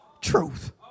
truth